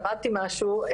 למדתי משהו,